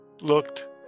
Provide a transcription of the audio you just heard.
looked